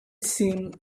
seemed